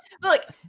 Look